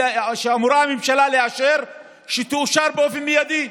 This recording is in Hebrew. שהממשלה אמורה לאשר תאושר באופן מיידי,